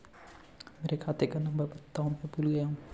मेरे खाते का नंबर बताओ मैं भूल गया हूं